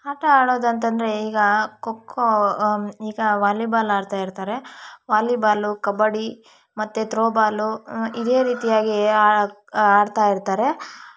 ಆಟ ಆಡೋದಂತಂದರೆ ಈಗ ಖೋ ಖೋ ಈಗ ವಾಲಿಬಾಲ್ ಆಡ್ತಾಯಿರ್ತಾರೆ ವಾಲಿಬಾಲು ಕಬಡ್ಡಿ ಮತ್ತು ತ್ರೋ ಬಾಲು ಇದೇ ರೀತಿಯಾಗಿ ಆಡ್ತಾಯಿರ್ತಾರೆ